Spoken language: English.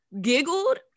giggled